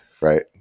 right